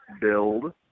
build